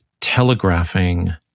telegraphing